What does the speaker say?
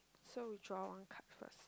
so we draw one card first